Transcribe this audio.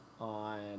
on